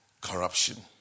corruption